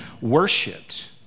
worshipped